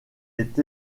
est